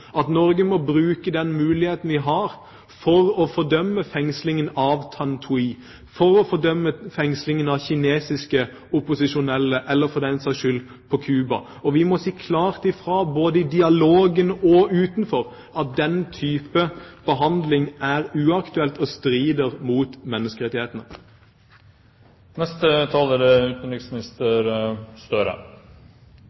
at Norge må bruke den muligheten vi har for å fordømme fengslingen av Thanh Thuy, for å fordømme fengslingen av opposisjonelle i Kina, eller for den saks skyld på Cuba, og vi må si klart fra både i dialogen og utenfor at den type behandling er uaktuell og strider mot menneskerettighetene. Takk til interpellanten, som er